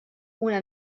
una